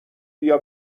بیا